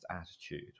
attitude